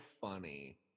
funny